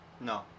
No